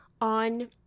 on